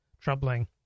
troubling